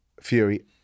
Fury